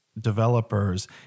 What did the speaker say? developers